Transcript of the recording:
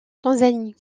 tanzanie